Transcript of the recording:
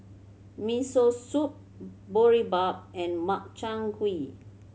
Miso Soup Boribap and Makchang Gui